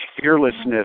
fearlessness